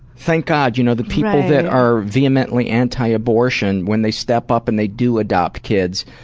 thank god you know the people that are vehemently anti-abortion, when they step up and they do adopt kids,